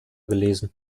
gelesen